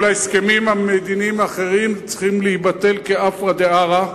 וכל ההסכמים המדיניים האחרים צריכים להתבטל כעפרא דארעא,